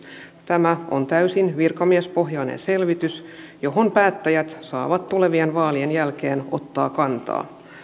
tämä on täysin virkamiespohjainen selvitys johon päättäjät saavat tulevien vaalien jälkeen ottaa kantaa